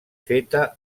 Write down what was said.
feta